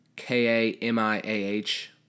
K-A-M-I-A-H